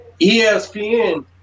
ESPN